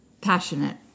passionate